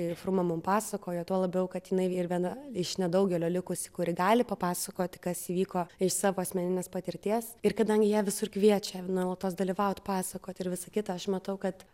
ir fruma mum pasakojo tuo labiau kad jinai ir viena iš nedaugelio likusi kuri gali papasakoti kas įvyko iš savo asmeninės patirties ir kadangi ją visur kviečia nuolatos dalyvaut pasakot ir visa kita aš matau kad